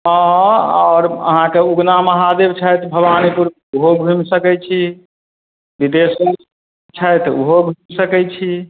हँ आओर अहाँके उगना महादेव छथि भवानीपुर ओहो घुमि सकय छी विदेशर छथि ओहो घुमि सकय छी